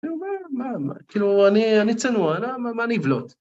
כאילו, אני צנוע, מה לבלוט?